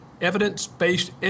evidence-based